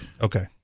Okay